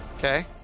Okay